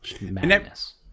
Madness